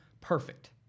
Perfect